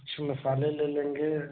कुछ मसाले ले लेंगे